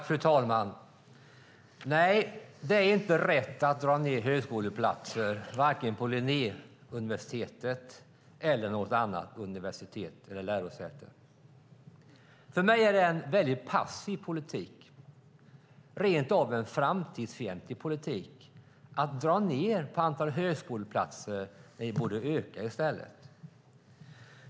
Fru talman! Nej, det är inte rätt att dra ned antalet högskoleplatser vare sig på Linnéuniversitetet eller på något annat universitet eller lärosäte. För mig är det en väldigt passiv politik - det är rent av en framtidsfientlig politik - att dra ned på antalet högskoleplatser när vi borde öka i stället.